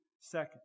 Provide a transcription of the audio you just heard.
Second